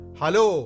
Hello